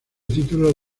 título